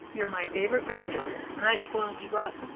you're my favorite granddaughter and i spoiled you rotten.